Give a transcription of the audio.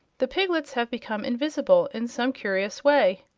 the piglets have become invisible, in some curious way.